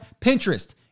Pinterest